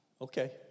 Okay